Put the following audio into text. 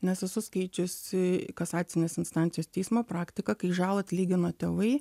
nes esu skaičiusi kasacinės instancijos teismo praktiką kai žalą atlygino tėvai